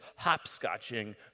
hopscotching